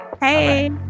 hey